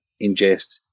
ingest